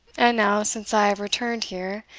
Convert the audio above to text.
and now, since i have returned here,